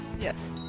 Yes